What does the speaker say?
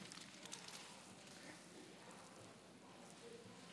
ההצעה להעביר את הנושא לוועדת הכספים נתקבלה.